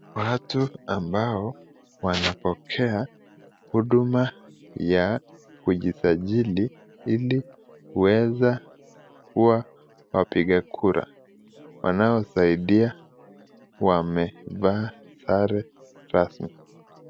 Watu ambao wanapokea huduma ya kujisajili ili kuweza kuwa wapiga kura, wanaosaidia wamevaa sare rasmi.